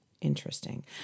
Interesting